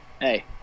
Hey